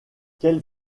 quel